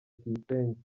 tuyisenge